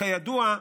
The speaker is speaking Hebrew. כידוע,